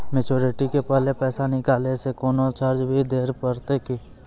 Maturity के पहले पैसा निकालै से कोनो चार्ज भी देत परतै की?